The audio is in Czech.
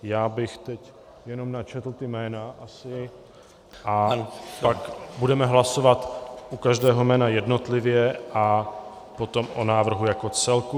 Já bych teď jenom načetl ta jména a pak budeme hlasovat u každého jména jednotlivě a potom o návrhu jako celku.